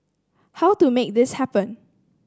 how to make this happen